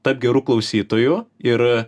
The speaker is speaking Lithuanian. tapk geru klausytoju ir